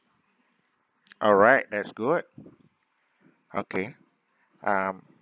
alright that's good okay mm